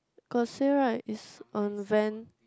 got say right it's on van